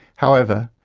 however,